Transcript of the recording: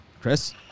Chris